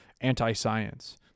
anti-science